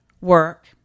work